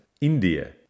India